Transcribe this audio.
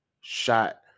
shot